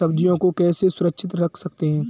सब्जियों को कैसे सुरक्षित रख सकते हैं?